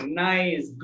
nice